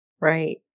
Right